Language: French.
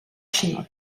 chinois